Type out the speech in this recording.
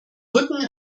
rücken